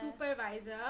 supervisor